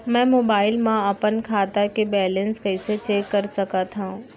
मैं मोबाइल मा अपन खाता के बैलेन्स कइसे चेक कर सकत हव?